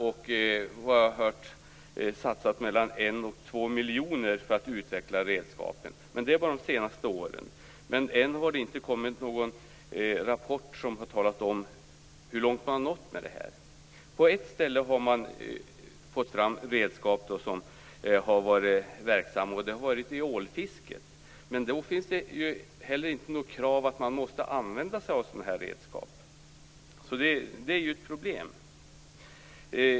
Jag har hört att man har satsat 1-2 miljoner kronor för att utveckla redskapen, men det är bara de senaste åren. Det har ännu inte kommit någon rapport som har talat om hur långt man nått med detta. På ett ställe har man fått fram redskap som har varit verksamma. Det har varit vid ålfisket, men det finns ju inte något krav på att man måste använda sig av dessa redskap. Det är ju ett problem.